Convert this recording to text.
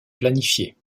planifié